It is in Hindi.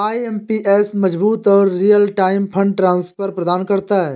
आई.एम.पी.एस मजबूत और रीयल टाइम फंड ट्रांसफर प्रदान करता है